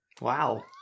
Wow